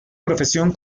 profesión